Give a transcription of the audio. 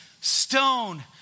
stone